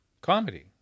comedy